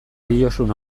diozun